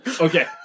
Okay